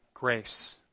grace